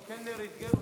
אדוני היושב-ראש,